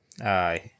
Aye